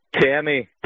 Tammy